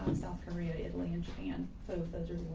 south korea, italy and japan. so those are